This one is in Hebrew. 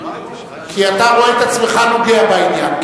אתה רואה את עצמך נוגע בעניין.